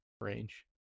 range